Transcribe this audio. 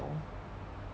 though